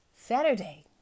Saturday